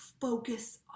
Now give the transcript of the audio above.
focus